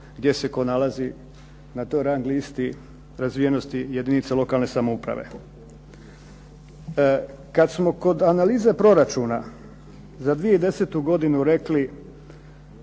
gdje se tko nalazi na toj rang listi razvijenosti jedinica lokalne samouprave. Kada smo kod analize proračuna za 2010. godinu rekli